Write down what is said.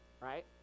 Right